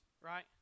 right